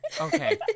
okay